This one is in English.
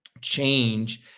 change